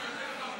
זהו מונופול.